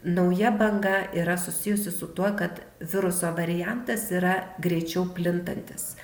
nauja banga yra susijusi su tuo kad viruso variantas yra greičiau plintantis